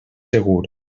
segur